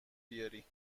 بیاری